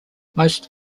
most